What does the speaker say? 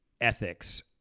ethics